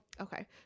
okay